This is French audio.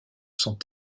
sont